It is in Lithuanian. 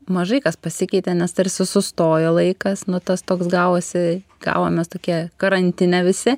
mažai kas pasikeitė nes tarsi sustojo laikas nu tas toks gavosi gavomės tokie karantine visi